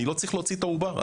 אני לא צריך להוציא את העובר,